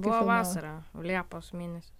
buvo vasara liepos mėnesis